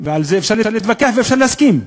ועל זה אפשר להתווכח ואפשר להסכים.